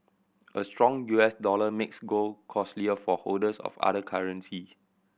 a strong U S dollar makes gold costlier for holders of other currency